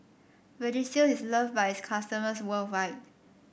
Vagisil is loved by its customers worldwide